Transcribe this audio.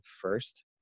first